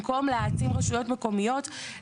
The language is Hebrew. מקום להעצים רשויות מקומיות?